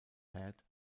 head